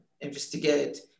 investigate